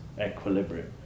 equilibrium